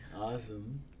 Awesome